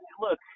look